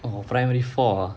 oh primary four ah